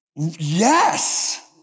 Yes